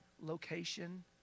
location